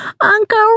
Uncle